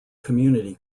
community